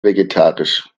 vegetarisch